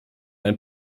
ein